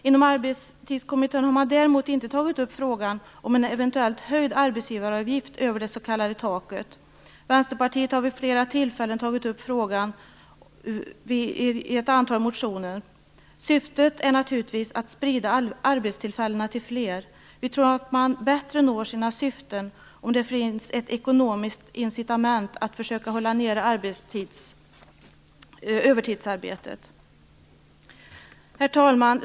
Inom Arbetstidskommittén har man däremot inte tagit upp frågan om en eventuellt höjd arbetsgivaravgift över det s.k. taket. Vänsterpartiet har vid flera tillfällen tagit upp frågan i ett antal motioner. Syftet är naturligtvis att sprida arbetstillfällena till fler. Vi tror att man bättre når sina syften om det finns ett ekonomiskt incitament att försöka hålla nere övertidsarbetet. Herr talman!